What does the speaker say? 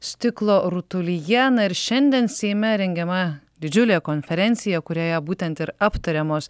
stiklo rutulyje na ir šiandien seime rengiama didžiulė konferencija kurioje būtent ir aptariamos